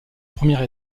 première